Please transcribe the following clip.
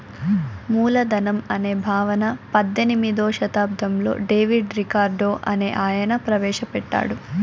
మూలధనం అనే భావన పద్దెనిమిదో శతాబ్దంలో డేవిడ్ రికార్డో అనే ఆయన ప్రవేశ పెట్టాడు